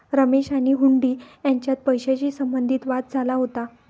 रमेश आणि हुंडी यांच्यात पैशाशी संबंधित वाद झाला होता